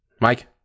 Mike